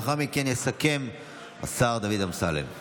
לאחר מכן יסכם השר דוד אמסלם.